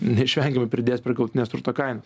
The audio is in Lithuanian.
neišvengiamai pridės prie galutinės turto kainos